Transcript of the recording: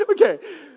Okay